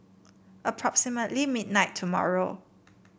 approximately midnight tomorrow